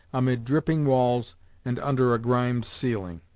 amid dripping walls and under a grimed ceiling.